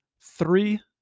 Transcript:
three